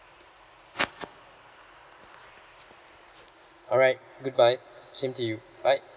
alright goodbye same to you bye